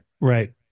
Right